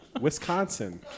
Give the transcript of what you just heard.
Wisconsin